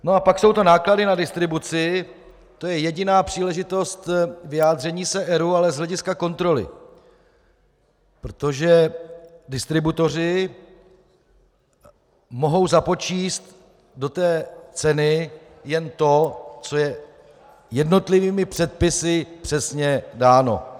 No a pak jsou to náklady na distribuci, to je jediná příležitost vyjádření se ERÚ, ale z hlediska kontroly, protože distributoři mohou započíst do té ceny jen to, co je jednotlivými předpisy přesně dáno.